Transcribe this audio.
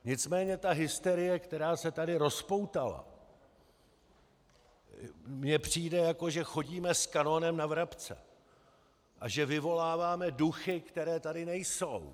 Nicméně ta hysterie, která se tady rozpoutala, mi přijde, jako že chodíme s kanonem na vrabce a že vyvoláváme duchy, které tady nejsou.